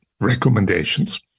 recommendations